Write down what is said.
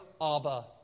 Abba